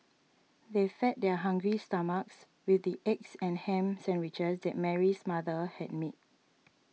they fed their hungry stomachs with the eggs and ham sandwiches that Mary's mother had made